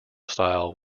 style